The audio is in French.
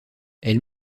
elle